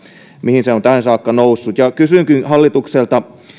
mihin se on tähän saakka noussut kysynkin hallitukselta